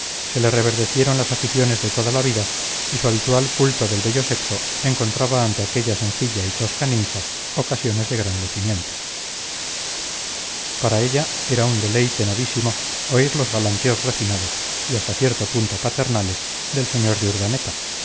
se le reverdecieron las aficiones de toda la vida y su habitual culto del bello sexo encontraba ante aquella sencilla y tosca ninfa ocasiones de gran lucimiento para ella era un deleite novísimo oír los galanteos refinados y hasta cierto punto paternales del sr de urdaneta